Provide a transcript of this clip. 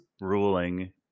ruling